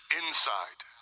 inside